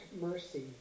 mercy